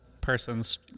person's